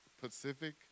Pacific